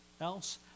else